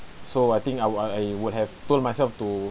so I think I would uh I would have told myself to